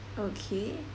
okay